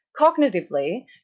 Cognitively